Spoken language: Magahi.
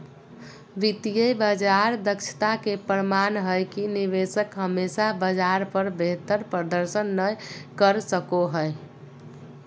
वित्तीय बाजार दक्षता के प्रमाण हय कि निवेशक हमेशा बाजार पर बेहतर प्रदर्शन नय कर सको हय